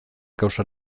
kausa